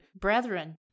brethren